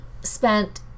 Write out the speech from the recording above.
spent